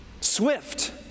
Swift